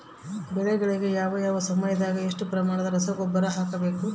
ಬೆಳೆಗಳಿಗೆ ಯಾವ ಯಾವ ಸಮಯದಾಗ ಎಷ್ಟು ಪ್ರಮಾಣದ ರಸಗೊಬ್ಬರವನ್ನು ಹಾಕಬೇಕು?